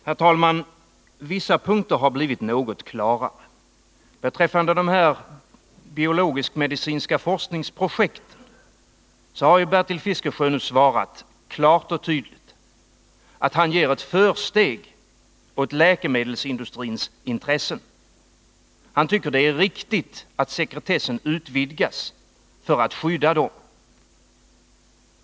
Herr talman! Vissa punkter har blivit något klarare. Beträffande de biologiskt-medicinska forskningsprojekten har Bertil Fiskesjö nu klart och tydligt svarat att han ger ett försteg åt läkemedelsindustrins intressen. Han tycker det är riktigt att sekretessen utvidgas för att skydda dem.